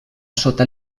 sota